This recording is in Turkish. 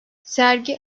sergi